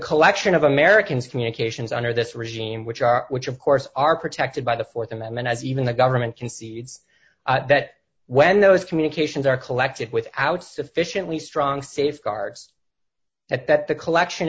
collection of americans communications under this regime which are which of course are protected by the th amendment as even the government concedes that when those communications are collected without sufficiently strong safeguards at that the collection